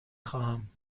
خواهم